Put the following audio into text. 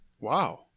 Wow